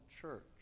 church